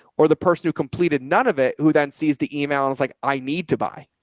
or the person who completed none of it, who then sees the email. i was like, i need to buy